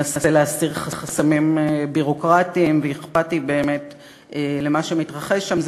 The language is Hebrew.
מנסה להסיר חסמים ביורוקרטיים ואכפתי באמת למה שמתרחש שם.